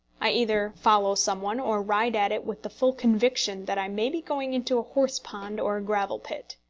i either follow some one, or ride at it with the full conviction that i may be going into a horse-pond or a gravel-pit.